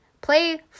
play